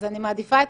אני מעדיפה את